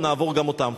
נעבור גם אותן.